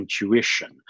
intuition